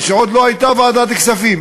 כשעוד לא הייתה ועדת כספים.